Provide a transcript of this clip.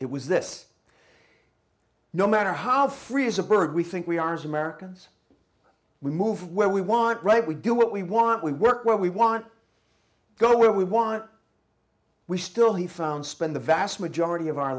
it was this no matter how free as a bird we think we are as americans we move where we want right we do what we want we work where we want go where we want we still he found spend the vast majority of our